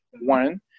one